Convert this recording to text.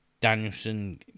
Danielson